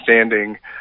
understanding